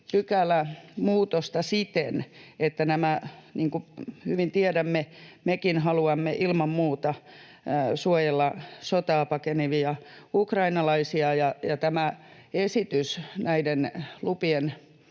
pykälämuutosta siten, että, niin kuin hyvin tiedämme, mekin haluamme ilman muuta suojella sotaa pakenevia ukrainalaisia ja tämä esitys näiden lupien